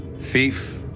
thief